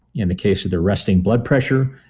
in the case of the resting blood pressure,